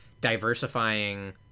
diversifying